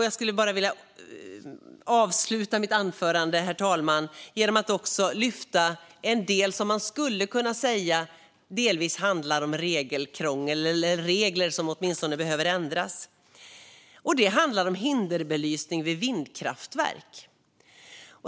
Jag vill avsluta mitt anförande med att lyfta en del som man skulle kunna säga delvis handlar om regelkrångel, herr talman, eller åtminstone om regler som behöver ändras. Det handlar om hinderbelysning vid vindkraftverk.